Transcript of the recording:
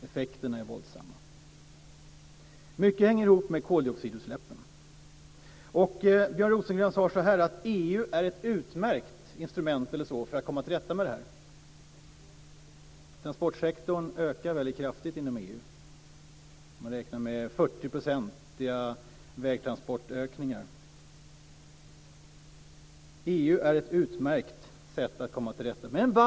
Effekterna är våldsamma. Mycket hänger ihop med koldioxidutsläppen. Björn Rosengren sade att EU är ett utmärkt instrument för att komma till rätta med detta. Transportsektorn ökar kraftigt inom EU. Man räknar med 40-procentiga vägtransportökningar. EU är ett utmärkt sätt att komma till rätta med detta.